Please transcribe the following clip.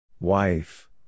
Wife